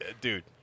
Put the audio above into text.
dude